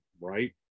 right